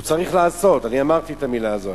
הוא צריך לעשות, אני אמרתי את המלה הזאת,